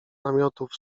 namiotów